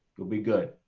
it would be good.